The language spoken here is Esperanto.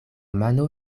mano